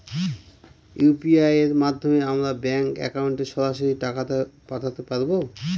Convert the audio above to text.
UPI এর মাধ্যমে আমরা ব্যাঙ্ক একাউন্টে সরাসরি টাকা পাঠাতে পারবো?